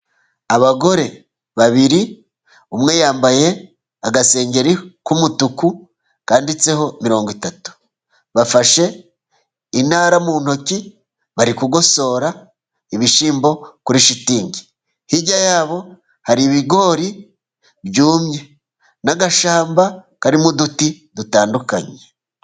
Abagore babiri; umwe yambaye agasengeri k'umutuku kanditseho mirongo itatu, bafashe intara mu ntoki bari gugosora ibishyimbo kuri shitingi, hirya ya bo hari ibigori byumye, n'agashyamba karimo uduti dutandukanye.